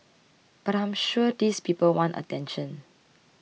but I'm sure these people want attention